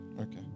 okay